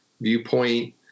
viewpoint